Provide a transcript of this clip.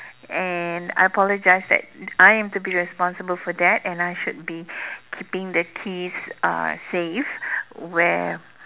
and I apologized that I am to be responsible for that and I should be keeping the keys uh safe where